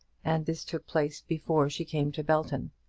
and this took place before she came to belton.